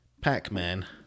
Pac-Man